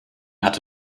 hat